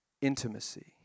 Intimacy